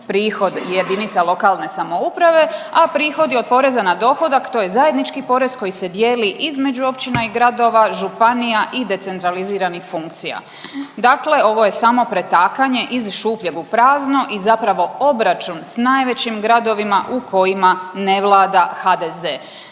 prihod jedinica lokalne samouprave, a prihodi od poreza na dohodak to je zajednički porez koji se dijeli između općina i gradova, županija i decentraliziranih funkcija. Dakle, ovo je samo pretakanje iz šupljeg u prazno i zapravo obračun s najvećim gradovima u kojima ne vlada HDZ.